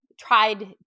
tried